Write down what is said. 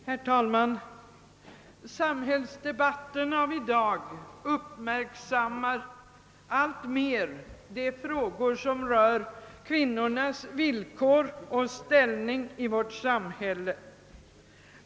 Herr talman! I dagens samhällsdebatt uppmärksammas alltmer de frågor som rör kvinnornas villkor och ställning i vårt samhälle.